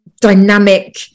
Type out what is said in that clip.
dynamic